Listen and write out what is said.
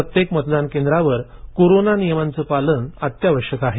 प्रत्येक मतदान केंद्रावर कोरोना नियमांचं पालन अत्यावश्यक आहे